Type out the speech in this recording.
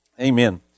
Amen